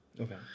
Okay